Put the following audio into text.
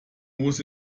muss